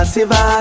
Siva